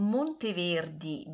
Monteverdi